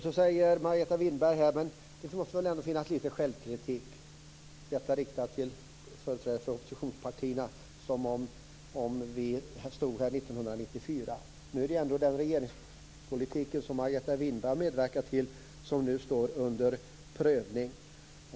Så säger Margareta Winberg att det måste finnas litet självkritik, detta riktat till företrädare för oppositionspartierna som om vi stod här som 1994. Det är ändå den regeringspolitik som Margareta Winberg medverkat till som nu står under prövning.